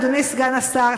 אדוני סגן השר,